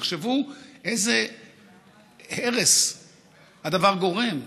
תחשבו איזה הרס הדבר גורם.